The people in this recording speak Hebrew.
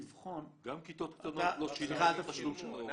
גם כיתות קטנות לא שינו את התשלום של ההורים.